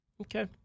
Okay